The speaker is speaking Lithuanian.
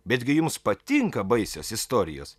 betgi jums patinka baisios istorijos